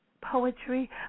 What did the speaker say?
Poetry